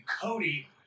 Cody